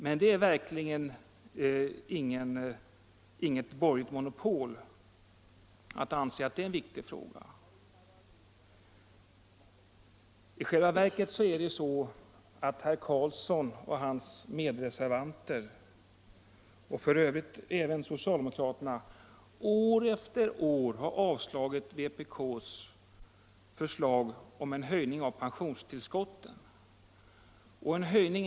Men det finns verkligen inget borgerligt monopol på uppfattningen att den frågan är viktig. I själva verket är det så att herr Carlsson och hans medreservanter, och f. ö. även socialdemokraterna, år efter år har avstyrkt vpk:s förslag om en höjning av pensionstillskotten.